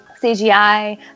CGI